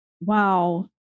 Wow